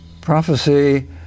Prophecy